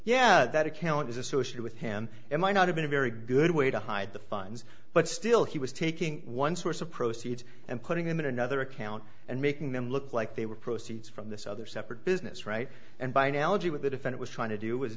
yeah that account is associated with him it might not have been a very good way to hide the funds but still he was taking one source of proceeds and putting him in another account and making them look like they were proceeds from this other separate business right and by analogy with the defense was trying to do w